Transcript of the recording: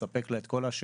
ולספק לה את כל השירותים,